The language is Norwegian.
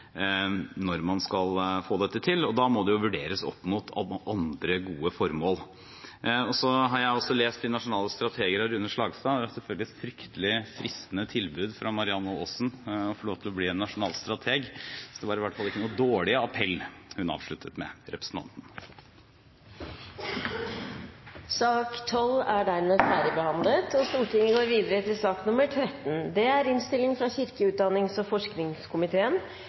når man skal få dette til, og da må det jo vurderes opp mot andre gode formål. Jeg har også lest «De nasjonale strateger» av Rune Slagstad. Det er selvfølgelig et fryktelig fristende tilbud fra Marianne Aasen å få lov til å bli en nasjonal strateg – så det var i hvert fall ikke noen dårlig appell representanten avsluttet med. Sak nr. 12 er dermed ferdigbehandlet. Etter ønske fra kirke-, utdannings- og forskningskomiteen vil presidenten foreslå at taletiden blir begrenset til 5 minutter til hver partigruppe og